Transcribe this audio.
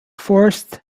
forest